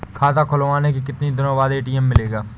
खाता खुलवाने के कितनी दिनो बाद ए.टी.एम मिलेगा?